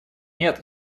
нет